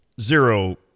zero